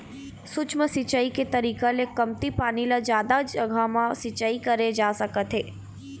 सूक्ष्म सिंचई के तरीका ले कमती पानी ल जादा जघा म सिंचई करे जा सकत हे